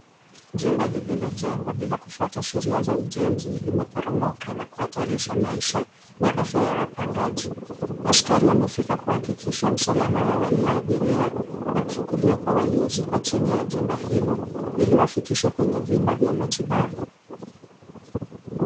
Jumba lililojengwa bila kufuata sheria za ujenzi limeporomoka na kuhatarisha maisha na afya ya wapangaji. Askari wamefika kuhakikisha usalama wa walioathiriwa na kufukuliwa kwa waliozikwa chini ya jumba hilo ili wafikishwe kwenye vyumba vya matibabu.